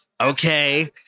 Okay